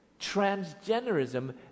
Transgenderism